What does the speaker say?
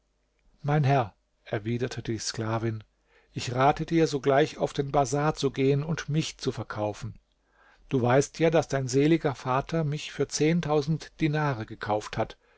mein herr erwiderte die sklavin ich rate dir sogleich auf den bazar zu gehen und mich zu verkaufen du weißt ja daß dein seliger vater mich für dinare gekauft hat